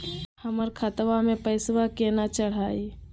हमर खतवा मे पैसवा केना चढाई?